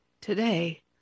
today